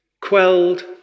quelled